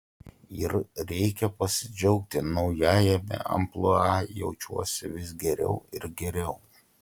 ir reikia pasidžiaugti naujajame amplua jaučiuosi vis geriau ir geriau